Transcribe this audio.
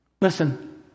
Listen